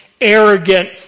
arrogant